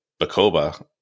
Bacoba